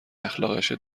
اخلاقشه